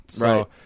Right